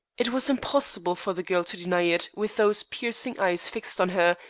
it was impossible for the girl to deny it with those piercing eyes fixed on her,